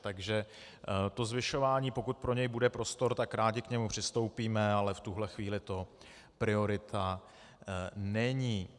Takže to zvyšování, pokud pro něj bude prostor, tak rádi k němu přistoupíme, ale v tuhle chvíli to priorita není.